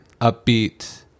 upbeat